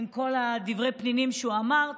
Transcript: עם כל דברי הפנינים שהוא אמר,